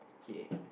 okay